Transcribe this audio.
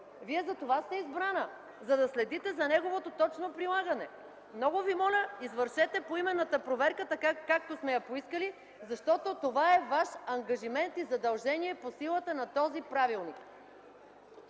Вие за това сте избрана – за да следите за неговото точно прилагане! Много Ви моля, извършете поименната проверка, така както сме я поискали, защото това е Ваш ангажимент и задължение по силата на този правилник.